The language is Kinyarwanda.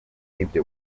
ibyo